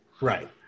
Right